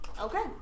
okay